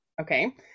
Okay